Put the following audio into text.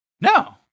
No